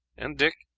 and dick,